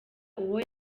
uwo